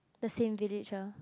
the same village ah